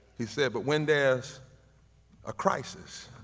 he said but when there's a crisis,